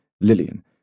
Lillian